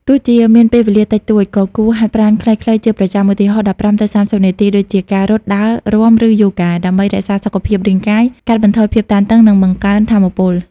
ទោះជាមានពេលវេលាតិចតួច ក៏គួរហាត់ប្រាណខ្លីៗជាប្រចាំ ឧទាហរណ៍ ១៥-៣០ នាទី ដូចជា ការរត់ ដើរ រាំ ឬយូហ្គា ដើម្បីរក្សាសុខភាពរាងកាយ កាត់បន្ថយភាពតានតឹង និងបង្កើនថាមពល។